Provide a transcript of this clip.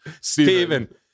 Stephen